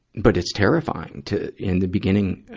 but it's terrifying to, in the beginning, ah,